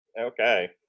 Okay